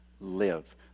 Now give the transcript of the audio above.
live